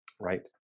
Right